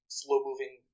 slow-moving